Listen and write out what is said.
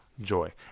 joy